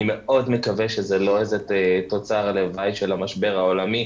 אני מאוד מקווה שזה לא איזה תוצר לוואי של המשבר העולמי,